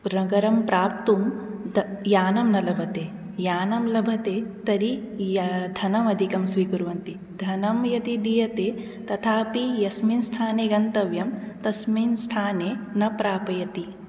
नगरं प्राप्तुं त यानं न लभते यानं लभते तर्हि धनम् अधिकं स्वीकुर्वन्ति धनं यदि दीयते तथापि यस्मिन् स्थाने गन्तव्यं तस्मिन् स्थाने न प्रापयति